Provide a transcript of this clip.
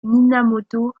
minamoto